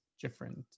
different